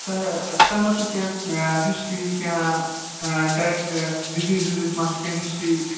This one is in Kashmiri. تۄہہِ اۭں تۄہہِ ما چھُو کیٚنٛہہ ہسٹری کیٚنٛہہ ڈِزیٖز وِزیٖز ما چھُو ہسٹری